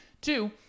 two